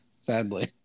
sadly